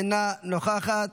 אינה נוכחת,